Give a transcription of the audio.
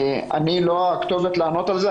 אני לא הכתובת לענות על זה.